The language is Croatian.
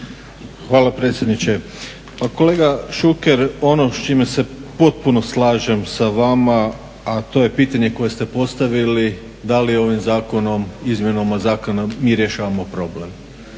Hvala predsjedniče. Pa kolega Šuker, ono s čime se potpuno slažem sa vama a to je pitanje koje ste postavili da li ovim zakonom, izmjenom zakona mi rješavamo problem